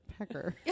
pecker